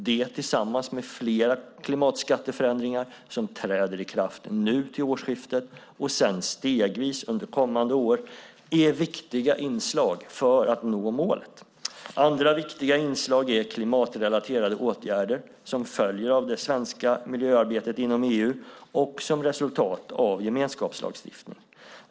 Det tillsammans med flera klimatskatteförändringar som träder i kraft nu till årsskiftet och sedan stegvis under kommande år är viktiga inslag för att nå målet. Andra viktiga inslag är klimatrelaterade åtgärder som följer av det svenska miljöarbetet inom EU och som resultat av gemenskapslagstiftning.